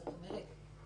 זאת אומרת,